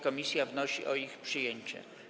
Komisja wnosi o ich przyjęcie.